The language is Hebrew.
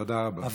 תודה רבה.